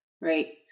right